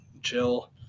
chill